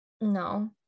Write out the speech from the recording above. no